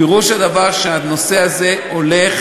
פירוש הדבר שהנושא הזה הולך